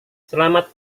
selamat